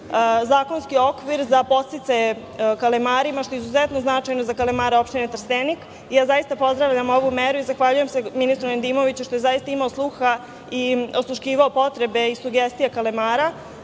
zakonski okvir za podsticaje kalemarima, što je izuzetno značajno za kalemare opštine Trstenik. Zaista pozdravljam ovu meri i zahvaljujem se ministru Nedimoviću što je imao sluga i osluškivao potrebe i sugestije kalemara.